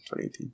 2018